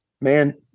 man